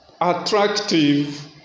attractive